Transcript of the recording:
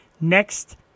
Next